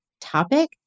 topic